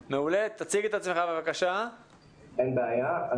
בספטמבר את מערכת השעות